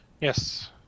Yes